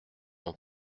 ont